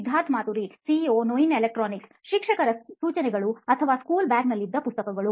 Siddharth Mathuri CEO ನೋಯಿನ್ electronics ಶಿಕ್ಷಕರ ಸೂಚನೆಗಳು ಅಥವಾ ಸ್ಕೂಲ್ ಬ್ಯಾಗ್ ನಲ್ಲಿದ್ದ ಪುಸ್ತಕಗಳು